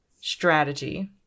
strategy